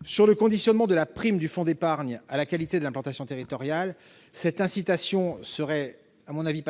Le conditionnement de la prime du fonds d'épargne à la qualité de l'implantation territoriale serait une incitation insuffisante, à mon avis,